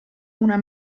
una